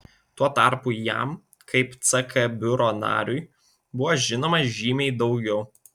tuo tarpu jam kaip ck biuro nariui buvo žinoma žymiai daugiau